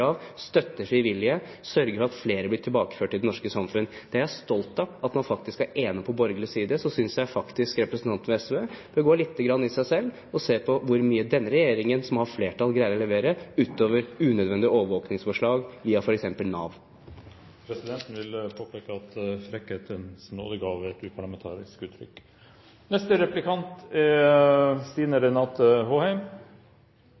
frivillige, sørge for at flere blir tilbakeført til det norske samfunnet. Jeg er stolt av at man faktisk er enig på borgerlig side. Så synes jeg faktisk representanten fra SV bør gå litt i seg selv og se på hvor mye denne regjeringen, som har flertall, greier å levere utover unødvendige overvåkingsforslag via f.eks. Nav. Presidenten vil påpeke at «frekkhetens nådegave» er et uparlamentarisk uttrykk.